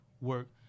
work